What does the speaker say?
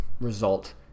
result